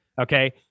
okay